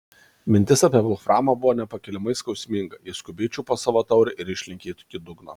mintis apie volframą buvo nepakeliamai skausminga ji skubiai čiupo savo taurę ir išlenkė iki dugno